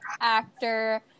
actor